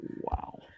wow